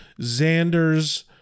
Xander's